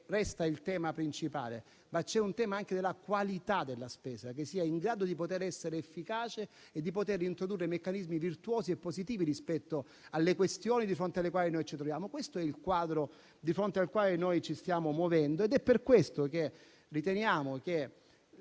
resta il tema principale, ma c'è anche un tema della qualità della spesa, che deve essere efficace e introdurre meccanismi virtuosi e positivi rispetto alle questioni di fronte alle quali ci troviamo. Questo è il quadro di fronte al quale ci stiamo muovendo ed è per questo che riteniamo che,